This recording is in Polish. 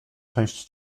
część